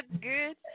good